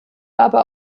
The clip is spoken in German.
aber